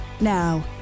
Now